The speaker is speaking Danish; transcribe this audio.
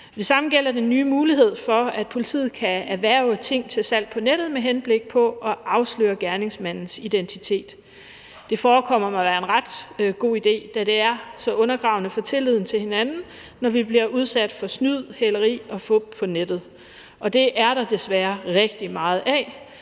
Det samme gælder den nye mulighed for, at politiet kan erhverve ting til salg på nettet med henblik på at afsløre gerningsmandens identitet. Det forekommer mig at være en ret god idé, da det er så undergravende for tilliden til hinanden, når vi bliver udsat for snyd, hæleri og fup på nettet. Det er der desværre rigtig meget af,